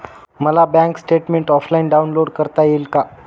मला bank statement offline download करता येईल का?